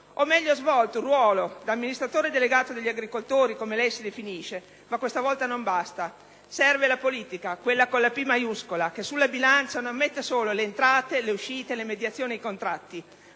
o meglio ha svolto un ruolo da amministratore delegato degli agricoltori, come lei si definisce. Ma questa volta non basta: serve la politica, quella con la P maiuscola, che sulla bilancia non metta solo le entrate, le uscite, le mediazioni e i contratti,